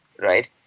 right